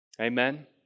Amen